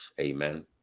amen